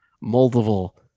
multiple